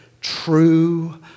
true